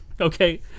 okay